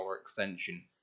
extension